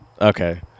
okay